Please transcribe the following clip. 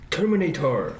Terminator